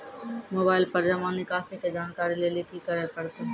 Mobile पर जमा निकासी के जानकरी लेली की करे परतै?